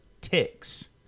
ticks